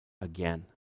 again